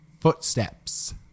footsteps